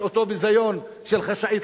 של אותו ביזיון של "חשאית,